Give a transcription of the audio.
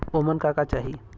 ओमन का का चाही?